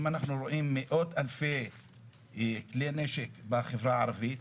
אם אנחנו רואים מאות אלפי כלי נשק בחברה הערבית,